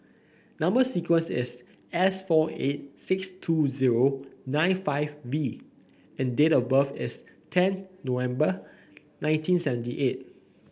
number sequence is S four eight six two zero nine five V and date of birth is ten November nineteen seventy eight